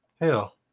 Hell